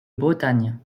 bretagne